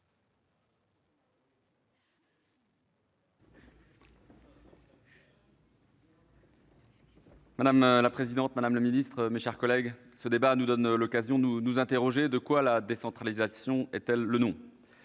Madame la présidente, madame la ministre, mes chers collègues, ce débat nous donne l'occasion de nous interroger : de quoi la décentralisation est-elle le nom ?